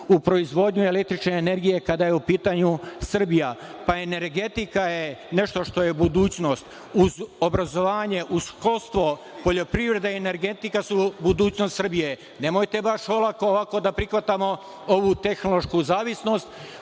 u proizvodnju električne energije, kada je u pitanju Srbija. Energetika je nešto što je budućnost uz obrazovanje, uz školstvo. Poljoprivreda i energetika su budućnost Srbije. Nemojte, baš olako ovako da prihvatamo ovu tehnološku zavisnost,